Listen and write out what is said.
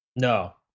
no